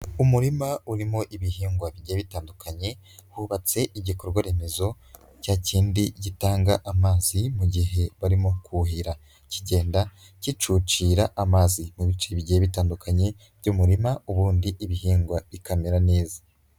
Umurima urimo ibihingwa bigiye bitandukanye hubatse igikorwa remezo cya kindi gitanga amazi mu gihe barimo kuhira kigenda kicucira amazi mu bice bigiye bitandukanye by'umurima ubundi ibihingwa bikamera neza.